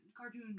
cartoon